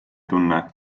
tunne